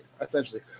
essentially